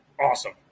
Awesome